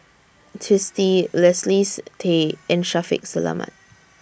Twisstii Leslie's Tay and Shaffiq Selamat